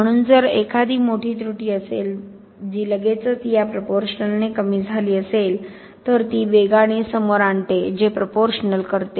म्हणून जर एखादी मोठी त्रुटी असेल जी लगेचच या प्रोपोरश्नलने कमी झाली असेल तर ती वेगाने समोर आणते जे प्रोपोरश्नल करते